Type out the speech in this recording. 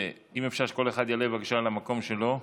אם אפשר שכל אחד יעלה בבקשה למקום שלו.